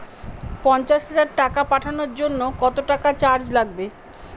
পণ্চাশ হাজার টাকা পাঠানোর জন্য কত টাকা চার্জ লাগবে?